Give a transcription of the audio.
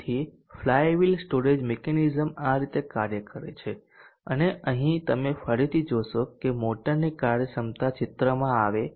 તેથી flywheel storage mechanism આ રીતે કાર્ય કરે છે અને અહીં તમે ફરીથી જોશો કે મોટરની કાર્યક્ષમતા ચિત્રમાં આવે છે